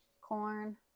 corn